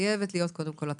חייבת קודם כל להיות התראה.